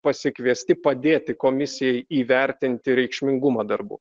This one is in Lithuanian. pasikviesti padėti komisijai įvertinti reikšmingumą darbu